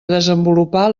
desenvolupar